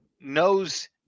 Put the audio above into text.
knows